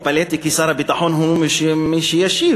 התפלאתי לשמוע כי שר הביטחון הוא מי שישיב,